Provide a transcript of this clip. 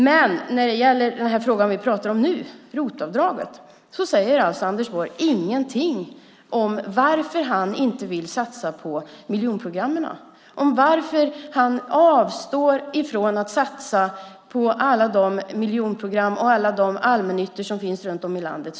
Men när det gäller den fråga som vi talar om nu - ROT-avdraget - säger Anders Borg ingenting om varför han inte vill satsa på miljonprogramsområdena, om varför han avstår från att satsa på alla de miljonprogramsområden och alla de områden med allmännytta som finns runt om i landet.